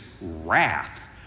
wrath